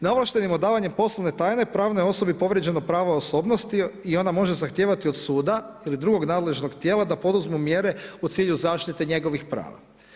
Neovlaštenim odavanjem poslovne tajne pravnoj osobi povrijeđeno je pravo osobnosti i ona može zahtijevati od suda ili drugog nadležnog tijela da poduzmu mjere u cilju zaštite njegovih prava.